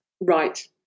Right